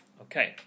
Okay